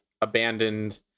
abandoned